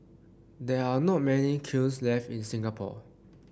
there are not many kilns left in Singapore